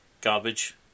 garbage